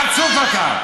חצוף אתה.